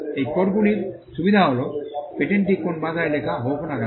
এই কোডগুলির সুবিধা হল পেটেণ্টটি কোন ভাষায় লেখা হোক না কেন